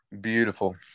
Beautiful